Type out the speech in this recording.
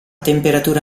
temperatura